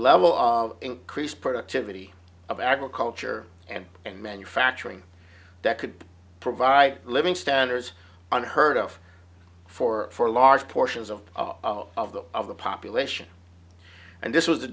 level of increased productivity of agriculture and and manufacturing that could provide living standards unheard of for for large portions of of the of the population and this was a